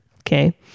Okay